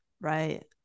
right